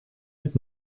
mit